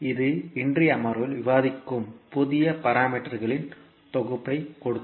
இது இன்றைய அமர்வில் விவாதிக்கும் புதிய பாராமீட்டர்களின் தொகுப்பைக் கொடுக்கும்